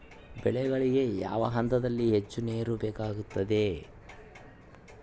ಬೆಳೆಗಳಿಗೆ ಯಾವ ಹಂತದಲ್ಲಿ ಹೆಚ್ಚು ನೇರು ಬೇಕಾಗುತ್ತದೆ?